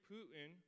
Putin